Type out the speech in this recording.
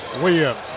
Williams